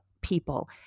people